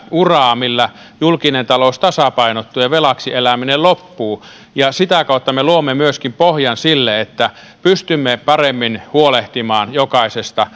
uraa millä julkinen talous tasapainottuu ja velaksi eläminen loppuu sitä kautta me luomme myöskin pohjan sille että pystymme paremmin huolehtimaan jokaisesta